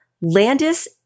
Landis